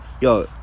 Yo